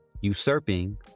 usurping